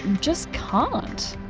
just can't.